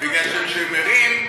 כי שכשהם ערים,